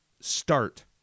start